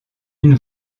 une